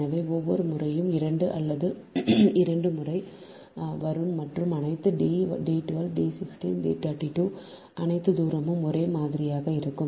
எனவே ஒவ்வொரு முறையும் 2 அல்லது இரண்டு முறை வரும் மற்றும் அனைத்து D 12 D 16 D 32 அனைத்து தூரமும் ஒரே மாதிரியாக இருக்கும்